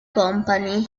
company